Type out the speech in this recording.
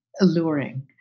alluring